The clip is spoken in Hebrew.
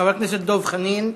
חבר הכנסת דב חנין.